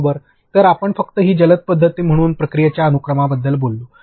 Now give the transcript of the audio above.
बरोबर तर आपण फक्त ही जलद पद्धत म्हणून प्रक्रियेच्या अनुक्रमांबद्दल बोललो